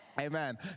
Amen